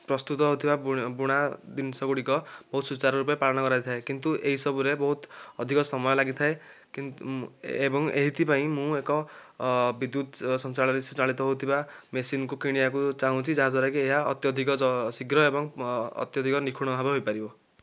ପ୍ରସ୍ତୁତ ହେଉଥିବା ବୁଣା ଜିନିଷ ଗୁଡ଼ିକ ବହୁତ ସୁଚାରୁ ରୂପେ ପାଳନ କରାଯାଇଥାଏ କିନ୍ତୁ ଏହିସବୁ ରେ ବହୁତ ଅଧିକ ସମୟ ଲାଗିଥାଏ କିନ୍ତୁ ଏବଂ ଏଇଥିପାଇଁ ମୁଁ ଏକ ବିଦ୍ୟୁତ ସଂଚାଳ ରେ ସଞ୍ଚାଳିତ ହୋଉଥିବା ମେସିନ୍ କୁ କିଣିବାକୁ ଚାହୁଁଛି ଯାହାଦ୍ୱାରା କି ଏହା ଅତ୍ୟଧିକ ଶୀଘ୍ର ଏବଂ ଅତ୍ୟଧିକ ନିଖୁଣ ଭାବେ ହୋଇପାରିବ